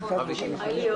מהזמן.